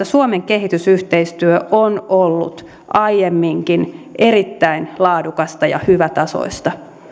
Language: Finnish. suomen kehitysyhteistyö on ollut aiemminkin erittäin laadukasta ja hyvätasoista